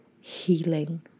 healing